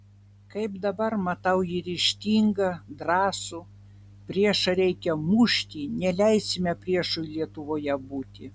kaip dabar matau jį ryžtingą drąsų priešą reikia mušti neleisime priešui lietuvoje būti